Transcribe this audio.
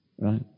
right